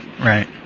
Right